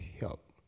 help